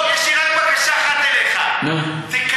יש לי רק בקשה: עזוב את התשובה, זה הכול.